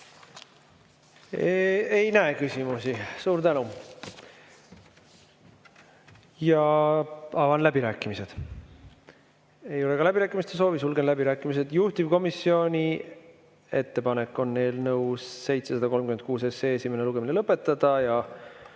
Ei näe küsimusi. Suur tänu! Avan läbirääkimised. Ei ole ka läbirääkimiste soovi. Sulgen läbirääkimised. Juhtivkomisjoni ettepanek on eelnõu 736 esimene lugemine lõpetada.